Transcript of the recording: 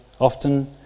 Often